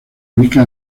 ubica